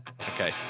Okay